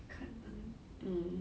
看人